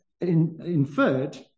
inferred